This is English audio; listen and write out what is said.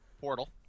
Portal